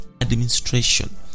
administration